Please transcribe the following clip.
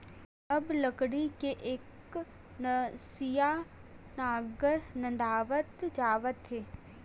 अब लकड़ी के एकनसिया नांगर नंदावत जावत हे